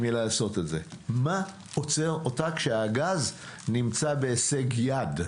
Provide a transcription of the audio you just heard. מלעשות את זה כשהגז נמצא בהישג יד?